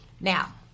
Now